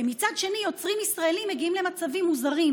ומצד אחר יוצרים ישראלים מגיעים למצבים מוזרים.